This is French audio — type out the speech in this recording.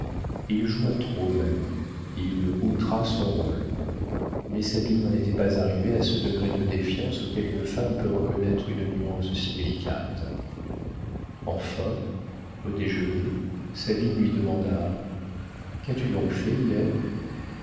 il joua trop même il outra son rôle mais sabine n'en était pas arrivée à ce degré de défiance auquel une femme peut reconnaître une nuance si délicate enfin au déjeuner sabine lui demanda qu'as-tu donc fait hier